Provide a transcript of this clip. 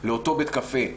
לאותו בית קפה,